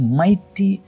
mighty